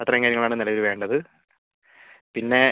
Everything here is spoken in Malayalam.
അത്രയും കാര്യങ്ങൾ ആണ് നിലവില് വേണ്ടത് പിന്നേ